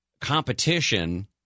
competition